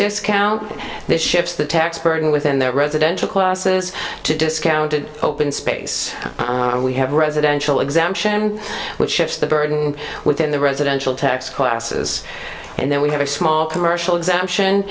discount this ships the tax burden within their residential classes to discounted open space m we have residential exemption which shifts the burden within the residential tax classes and then we have a small commercial exemption